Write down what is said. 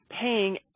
paying